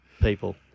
people